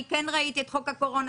אני כן ראיתי את חוק הקורונה,